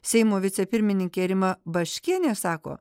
seimo vicepirmininkė rima baškienė sako